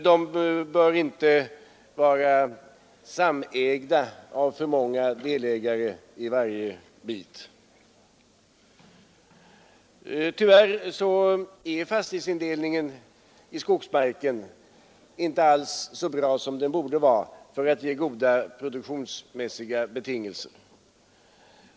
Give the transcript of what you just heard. De bör inte vara samägda av för många delägare i varje bit. Tyvärr är fastighetsindelningen i skogsmarken inte alls så bra som den borde vara för att ge goda produktionsmässiga betingelser.